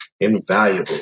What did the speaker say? Invaluable